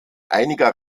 einiger